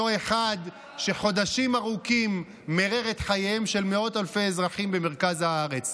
אותו אחד שחודשים ארוכים מירר את חייהם של מאות אלפי אזרחים במרכז הארץ.